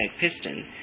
piston